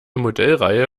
modellreihe